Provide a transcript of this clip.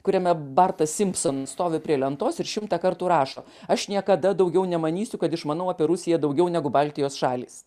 kuriame bartas simpson stovi prie lentos ir šimtą kartų rašo aš niekada daugiau nemanysiu kad išmanau apie rusiją daugiau negu baltijos šalys